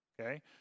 okay